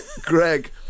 Greg